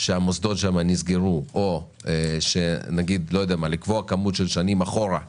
שהמוסדות שם נסגרו או לקבוע כמות שנים אחורה שנגיד,